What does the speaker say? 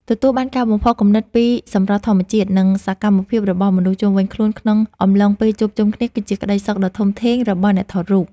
ទទួលបានការបំផុសគំនិតពីសម្រស់ធម្មជាតិ និង សកម្មភាពរបស់មនុស្សជុំវិញខ្លួនក្នុងអំឡុងពេលជួបជុំគ្នាគឺជាក្តីសុខដ៏ធំធេងរបស់អ្នកថតរូប។